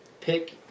pick